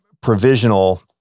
provisional